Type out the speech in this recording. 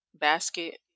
basket